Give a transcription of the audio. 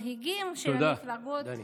שמנהיגים של המפלגות, תודה, דני.